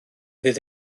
fydd